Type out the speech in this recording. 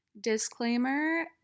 disclaimer